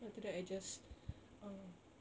after that I just ah